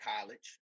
College